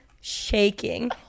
shaking